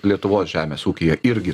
lietuvos žemės ūkyje irgi